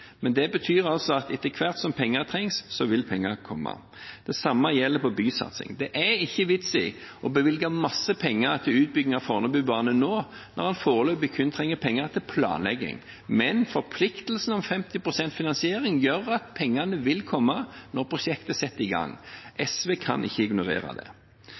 Men det betyr at etter hvert som penger trengs, så vil penger komme. Det samme gjelder for bysatsing. Det er ingen vits i å bevilge mye penger til utbygging av Fornebubanen nå når en foreløpig kun trenger penger til planlegging. Men forpliktelsen om 50 pst. finansiering gjør at pengene vil komme når prosjektet settes i gang. SV kan ikke ignorere det.